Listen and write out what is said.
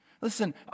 Listen